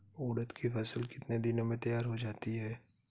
उड़द की फसल कितनी दिनों में तैयार हो जाती है?